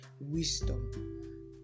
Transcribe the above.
wisdom